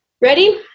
Ready